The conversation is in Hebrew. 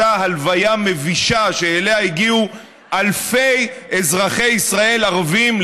אותה הלוויה מבישה שאליה הגיעו אלפי אזרחי ישראל ערבים,